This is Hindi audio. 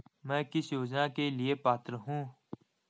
मैं किस योजना के लिए पात्र हूँ?